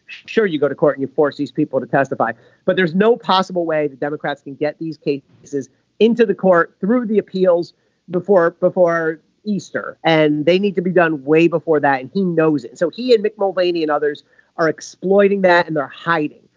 sure you go to court and force these people to testify but there's no possible way the democrats can get these key says into the court ruled the appeals before before easter and they need to be done way before that. he knows it. so he had mick mulvaney and others are exploiting that and they're hiding